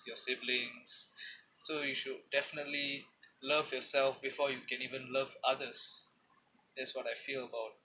your siblings so you should definitely love yourself before you can even love others that's what I feel about